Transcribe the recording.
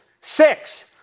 Six